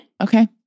Okay